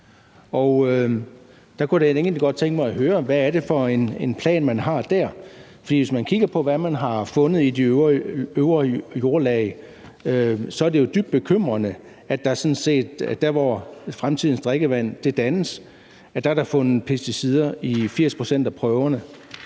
da egentlig godt tænke mig at høre, hvad det er for en plan, man har der. For hvis man kigger på, hvad man har fundet i de øvre jordlag, så er det jo dybt bekymrende, at man der, hvor fremtidens drikkevand dannes, har fundet pesticider i 80 pct. af prøverne,